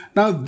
Now